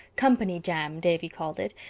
company jam, davy called it.